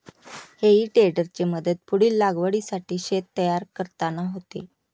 हेई टेडरची मदत पुढील लागवडीसाठी शेत तयार करताना होते